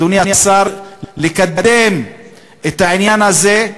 אדוני השר, לקדם את העניין הזה.